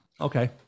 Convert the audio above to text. okay